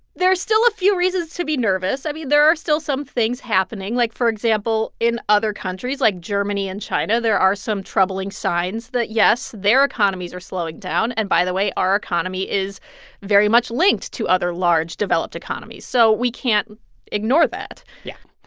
there are still a few reasons to be nervous. i mean, there are still some things happening, like, for example, in other countries, like germany and china, there are some troubling signs that, yes, their economies are slowing down. and, by the way, our economy is very much linked to other large, developed economies. so we can't ignore ignore that yeah,